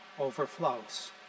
overflows